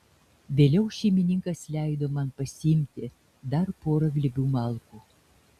vėliau šeimininkas leido man pasiimti dar porą glėbių malkų